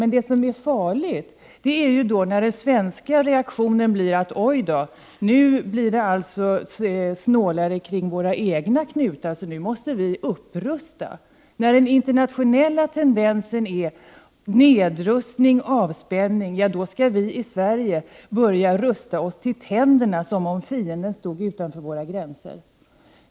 Men det farliga är att den svenska reaktionen blir: Oj då, nu blir det snålare kring våra egna knutar, så nu måste vi upprusta. 47 När den internationella tendensen är nedrustning och avspänning, då skall vi i Sverige börja rusta oss till tänderna som om fienden stod utanför våra gränser.